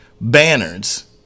banners –